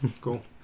Cool